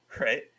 right